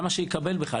למה שהוא יקבל בכלל?